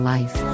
Life